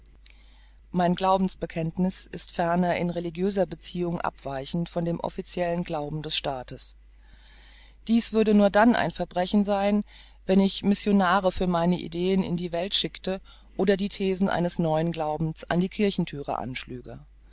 mein glaubensbekenntniß ist ferner in religiöser beziehung abweichend von dem officiellen glauben des staates dies würde nur dann ein verbrechen sein wenn ich missionaire für meine ideen in die welt schickte oder die thesen eines neuen glaubens an den kirchthüren anschlüge